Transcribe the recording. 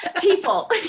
People